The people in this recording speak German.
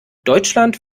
deutschland